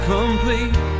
complete